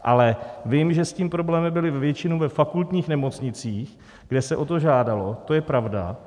Ale vím, že s tím problémy byly většinou ve fakultních nemocnicích, kde se o to žádalo, to je pravda.